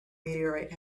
meteorite